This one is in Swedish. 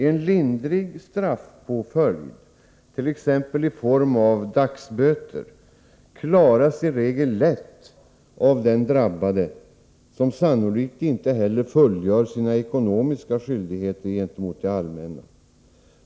En lindrig straffpåföljd, t.ex. i form av dagsböter, klaras i regel lätt av den drabbade, som sannolikt inte heller fullgör sina ekonomiska skyldigheter gentemot det allmänna.